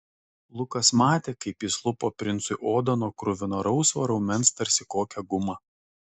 lukas matė kaip jis lupo princui odą nuo kruvino rausvo raumens tarsi kokią gumą